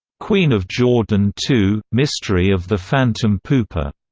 queen of jordan two mystery of the phantom pooper,